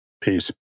Peace